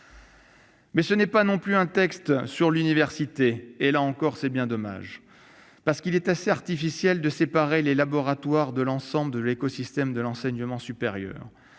Ce n'est pas non plus un texte sur l'université et, là encore, c'est bien dommage, parce qu'il est assez artificiel de séparer les laboratoires de l'ensemble de l'écosystème de l'enseignement supérieur.